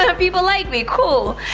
ah people like me. cool.